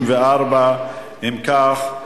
34. אם כך,